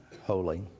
holy